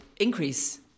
increase